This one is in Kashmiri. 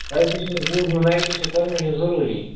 نایٹٕچ حظ بوٗز مےٚ نایٹس چھِ پٔرمِشن ضروٗری